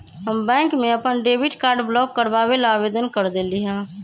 हम बैंक में अपन डेबिट कार्ड ब्लॉक करवावे ला आवेदन कर देली है